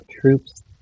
troops